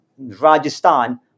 Rajasthan